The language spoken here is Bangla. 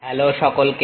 হ্যালো সকলকে